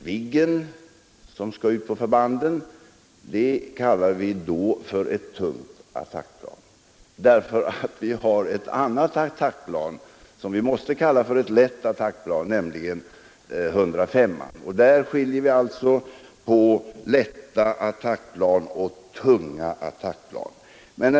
Viggen, som nu skall ut på förbanden, kallar vi för ett tungt attackplan för att skilja det från Flygplan 105, som vi benämner ett lätt attackplan. Direktiven till studierna är på denna punkt klara.